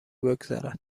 بگذرد